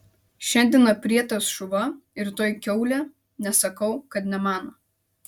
šiandien aprietas šuva rytoj kiaulė nesakau kad ne mano